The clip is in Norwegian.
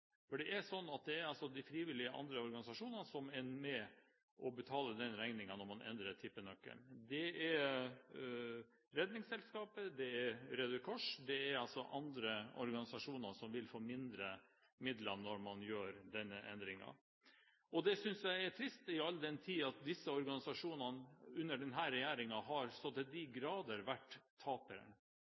Det er slik at de andre frivillige organisasjonene er med og betaler den regningen når man endrer tippenøkkelen. Det er bl.a. Redningsselskapet og Røde Kors og andre organisasjoner som vil få mindre når man foretar denne endringen. Det synes jeg er trist, all den tid disse organisasjonene under denne regjeringen så til de grader har vært